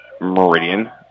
Meridian